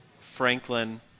Franklin